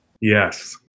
yes